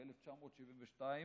ב-1972,